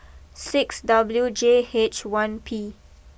six W J H one P